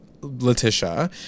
Letitia